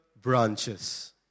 branches